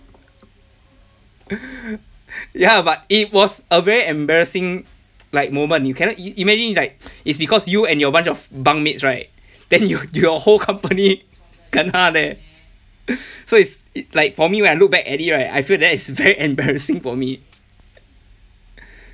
ya but it was a very embarrassing like moment you cannot i~ imagine like it's because you and your bunch of bunk mates right then your your whole company kena leh so it's it like for me when I look back at it right I feel that is very embarrassing for me